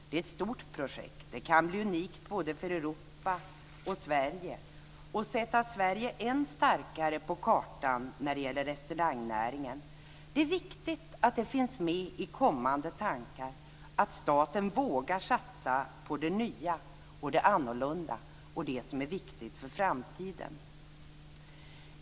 Det är ett stort projekt, det kan bli unikt både för Europa och för Sverige och sätta Sverige än starkare på kartan när det gäller restaurangnäringen. Det är viktigt att det finns med i kommande tankar att staten vågar satsa på det nya och det annorlunda och det som är viktigt för framtiden.